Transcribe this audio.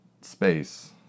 space